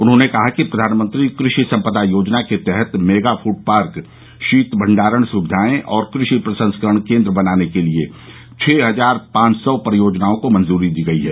उन्होंने कहा कि प्रधानमंत्री क्रषि संपदा योजना के तहत मेगा फूड पार्क शीतमंडारण सुविधाएं और कृषि प्रसंस्करण केंद्र बनाने के लिए छह हजार पांच सौ परियोजनाओं को मंजूरी दी गई है